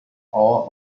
all